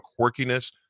quirkiness